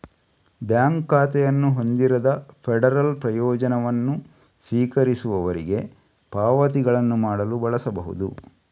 bank ಖಾತೆಯನ್ನು ಹೊಂದಿರದ federal ಪ್ರಯೋಜನವನ್ನು ಸ್ವೀಕರಿಸುವವರಿಗೆ ಪಾವತಿಗಳನ್ನು ಮಾಡಲು ಬಳಸಬಹುದು